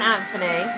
Anthony